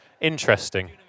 Interesting